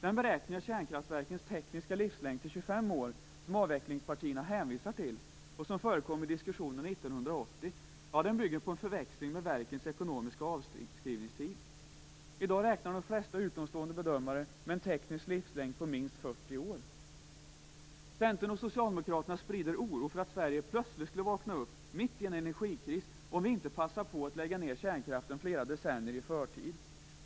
Den beräkning av kärnkraftverkens tekniska livslängd till 25 år som avvecklingspartierna hänvisar till, och som förekom i diskussionen 1980, bygger på en förväxling med verkens ekonomiska avskrivningstid. I dag räknar de flesta utomstående bedömare med en teknisk livslängd på minst 40 år. Centern och Socialdemokraterna sprider oro för att Sverige plötsligt skulle vakna upp mitt i en energikris om vi inte passar på att lägga ned kärnkraften flera decennier i förtid.